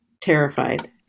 terrified